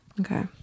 Okay